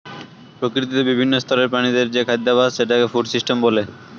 প্রকৃতিতে বিভিন্ন স্তরের প্রাণীদের যে খাদ্যাভাস সেটাকে ফুড সিস্টেম বলে